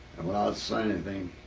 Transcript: and without saying anything,